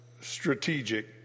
strategic